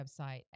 website